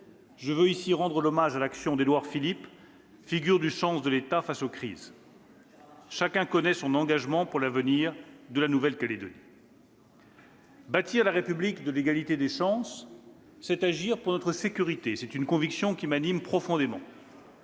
Je veux ici rendre hommage à l'action d'Édouard Philippe, figure du sens de l'État face aux crises. Chacun connaît son engagement pour l'avenir de la Nouvelle-Calédonie. » Tout comme Gérard Larcher !« Bâtir la République de l'égalité des chances, c'est agir pour notre sécurité. C'est une conviction qui m'anime profondément,